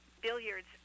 billiards